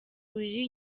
willy